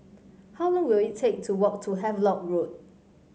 how long will it take to walk to Havelock Road